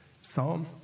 psalm